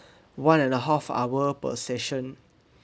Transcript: one and a half hour per session